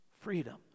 freedom